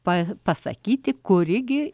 pasakyti kuri gi